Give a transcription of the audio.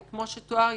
כמו שתואר,